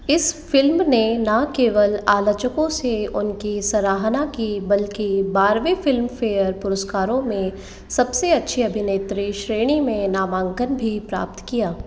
इस फ़िल्म ने न केवल आलोचकों से उनकी सराहना की बल्कि बारहवें फ़िल्मफ़ेयर पुरस्कारों में सबसे अच्छी अभिनेत्री श्रेणी में नामांकन भी प्राप्त किया